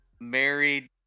married